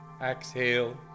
Exhale